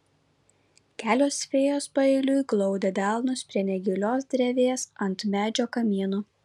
kelios fėjos paeiliui glaudė delnus prie negilios drevės ant medžio kamieno